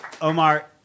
Omar